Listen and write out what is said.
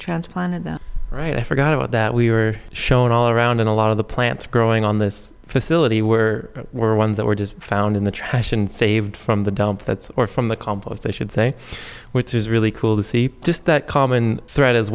transplanted them right i forgot about that we were shown all around and a lot of the plants growing on this facility were were ones that were just found in the trash and saved from the dump that's or from the compost i should say which is really cool to see just that common thread as